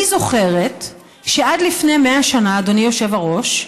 אני זוכרת שעד לפני 100 שנה, אדוני היושב-ראש,